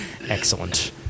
Excellent